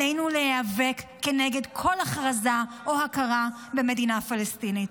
עלינו להיאבק כנגד כל הכרזה או הכרה במדינה פלסטינית.